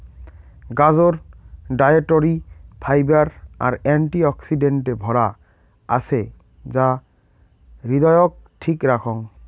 গাজর dietary fibre আর অ্যান্টি অক্সিডেন্টে ভরা আছে যা হৃদয়ক ঠিক রাখং